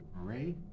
Ray